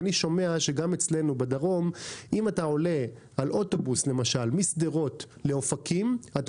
אני שומע שגם אצלנו בדרום אם אתה עולה לאוטובוס משדרות לאופקים אתה